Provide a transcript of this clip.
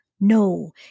no